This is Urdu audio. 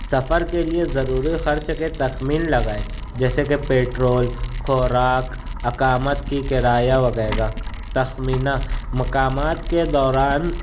سفر کے لیے ضروری خرچ کی تخمین لگائیں جیسے کہ پٹرول خوراک اقامت کی کرایہ وغیرہ تخمینہ مقامات کے دوران